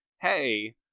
hey